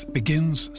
begins